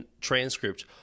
transcript